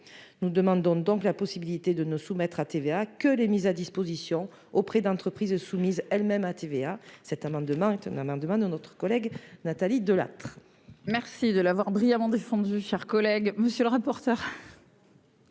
nous demandons donc la possibilité de ne soumettre à TVA que les mises à disposition auprès d'entreprises soumises elles-mêmes à TVA, cet amendement est un amendement de notre collègue Nathalie Delattre. Merci de l'avoir brillamment défendu, chers collègues, monsieur le rapporteur.